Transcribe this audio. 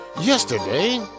yesterday